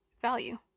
value